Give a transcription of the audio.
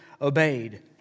obeyed